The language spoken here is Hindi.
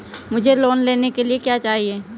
मुझे लोन लेने के लिए क्या चाहिए?